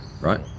right